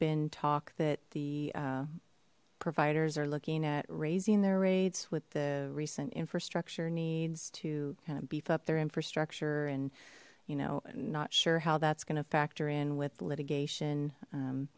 been talk that the providers are looking at raising their rates with the recent infrastructure needs to kind of beef up their infrastructure and you know not sure how that's going to factor in with litigation